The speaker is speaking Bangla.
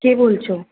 কে বলছ